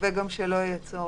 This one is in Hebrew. נקווה גם שלא יהיה צורך.